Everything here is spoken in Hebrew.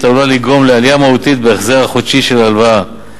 עלולה לגרום לעלייה מהותית בהחזר החודשי של ההלוואה.